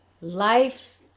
life